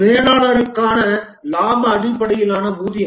மேலாளர்களுக்கான இலாப அடிப்படையிலான ஊதியம்